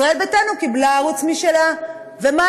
ישראל ביתנו קיבלה ערוץ משלה, ומה